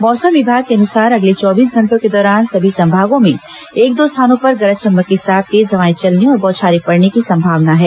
मौसम विभाग के अनुसार अगर्ले चौबीस घटेटों के दौरान सभी संभागों में एक दो स्थानों पर गरज चमक के साथ तेज हवाएं चलने और बौछारें पड़ने की संभावना है